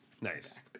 Nice